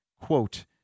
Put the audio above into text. quote